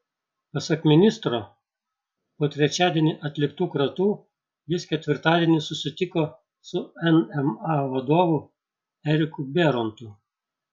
pasak ministro po trečiadienį atliktų kratų jis ketvirtadienį susitiko su nma vadovu eriku bėrontu